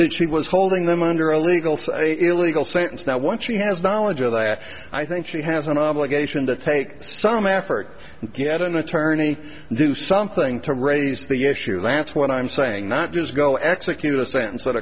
that she was holding them under a legal illegal sentence now once she has knowledge of that i think she has an obligation to take some effort and get an attorney do something to raise the issue that's what i'm saying not just go execute